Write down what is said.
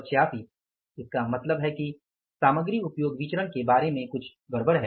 286 इसका मतलब है कि सामग्री उपयोग विचरण के बारे में कुछ गड़बड़ है